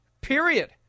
period